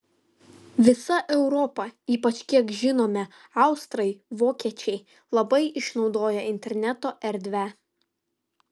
visa europa ypač kiek žinome austrai vokiečiai labai išnaudoja interneto erdvę